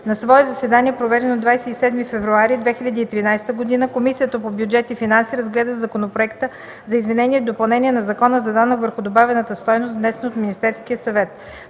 На свое заседание, проведено на 27 февруари 2013 г., Комисията по бюджет и финанси разгледа Законопроекта за изменение и допълнение на Закона за данък върху добавената стойност, внесен от Министерския съвет.